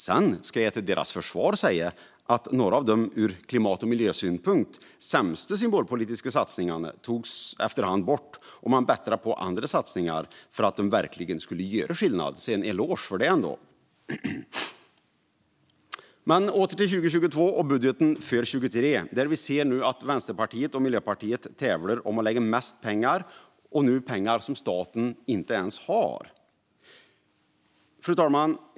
Sedan ska jag till deras försvar säga att några av de ur klimat och miljösynpunkt sämsta symbolpolitiska satsningarna tog man bort efter hand, och man bättrade på andra satsningar för att de verkligen skulle göra skillnad. En eloge för det ändå. Men åter till 2022 och budgeten för 2023, där vi ser att Vänsterpartiet och Miljöpartiet tävlar om att lägga mest pengar och nu pengar som staten inte ens har. Fru talman!